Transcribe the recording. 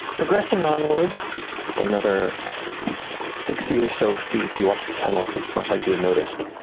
progressing onward for another sixty or so feet, you watch the tunnel, much like you had noticed,